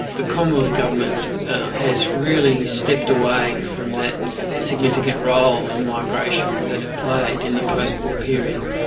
the commonwealth government has really stepped away from that significant role in migration that it played in the post-war period.